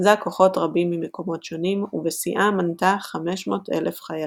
ריכזה כוחות רבים ממקומות שונים ובשיאה מנתה 500,000 חיילים.